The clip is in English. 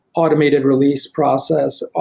automated release process,